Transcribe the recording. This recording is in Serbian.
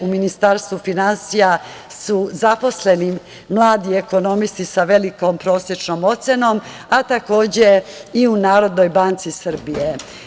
U Ministarstvu finansija su zaposleni mladi ekonomisti sa velikom prosečnom ocenom, a takođe i u Narodnoj banci Srbije.